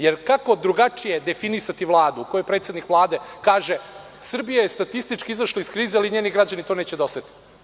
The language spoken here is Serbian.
Jer, kako drugačije definisati Vladu u kojoj predsednik Vlade kaže – Srbija je statistički izašla iz krize, ali njeni građani neće to da osete.